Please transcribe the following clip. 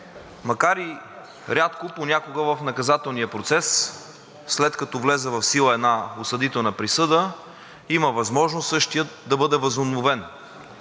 Макар и рядко, понякога в наказателния процес, след като влезе в сила една осъдителна присъда, има възможност същият да бъде възобновен.